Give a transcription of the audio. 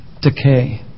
decay